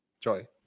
Joy